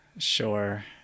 sure